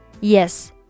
yes